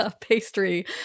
pastry